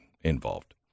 involved